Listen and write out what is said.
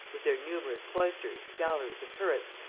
with their numerous cloisters, galleries and turrets,